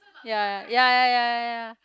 ya ya ya ya ya ya ya